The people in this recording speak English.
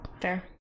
Fair